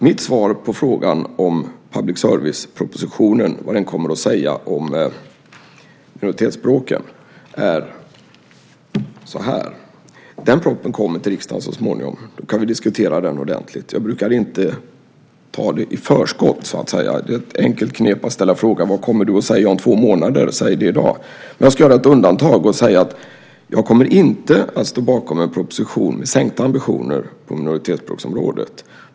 Mitt svar på frågan om vad public service propositionen kommer att säga om minoritetsspråken är så här: Den propositionen kommer till riksdagen så småningom. Då kan vi diskutera den ordentligt. Jag brukar inte ta det i förskott. Det är ett enkelt knep att ställa frågan: Vad kommer du att säga om två månader? Säg det i dag! Jag ska göra ett undantag och säga följande. Jag kommer inte att stå bakom en proposition med sänkta ambitioner på minoritetsspråksområdet.